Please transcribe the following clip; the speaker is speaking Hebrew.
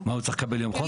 הוא צריך לקבל יום חופש?